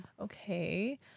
okay